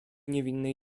niewinnej